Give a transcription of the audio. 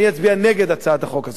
אני אצביע נגד הצעת החוק הזאת.